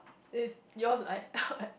is yours I I